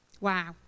Wow